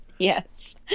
Yes